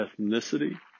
ethnicity